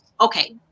Okay